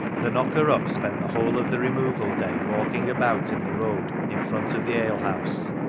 and the knocker-up spent the whole of the removal day walking about in the road in front of the alehouse,